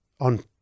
on